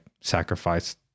sacrifice